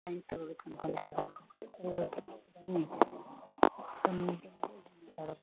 science ತಗೊಬೇಕು ಅನ್ಕೊಂಡಿದ್ದೀರಾ okay ಬನ್ನಿ